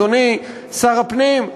אדוני שר הפנים,